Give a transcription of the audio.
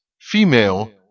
female